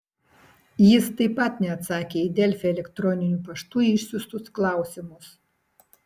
jis taip pat neatsakė į delfi elektroniniu paštu išsiųstus klausimus